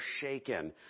shaken